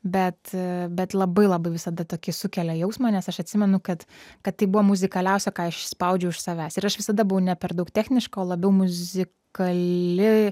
bet bet labai labai visada tokį sukelia jausmą nes aš atsimenu kad kad tai buvo muzikaliausia ką aš išspaudžiau iš savęs ir aš visada buvau ne per daug techniška o labiau muzikali